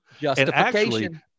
Justification